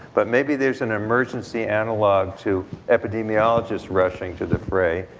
but maybe there's an emergency analog to epidemiologists rushing to the fray.